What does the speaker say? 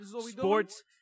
sports